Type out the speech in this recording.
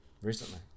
recently